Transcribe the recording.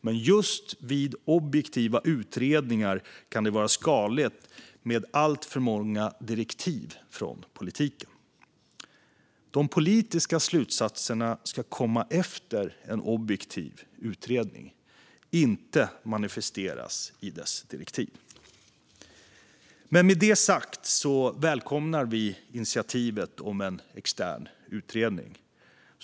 Men just vid objektiva utredningar kan det vara skadligt med alltför många direktiv från politiken. De politiska slutsatserna ska komma efter att en objektiv utredning har gjorts, inte manifesteras i dess direktiv. Med det sagt välkomnar vi initiativet om en extern utredning.